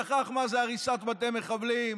שכח מה זה הריסת בתי מחבלים,